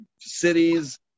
cities